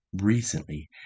recently